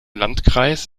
landkreis